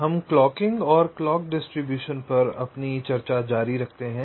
हम क्लॉकिंग और clock distribution पर अपनी चर्चा जारी रखते हैं